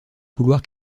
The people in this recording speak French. couloir